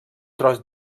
tros